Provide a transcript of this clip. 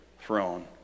throne